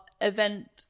event